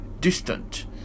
distant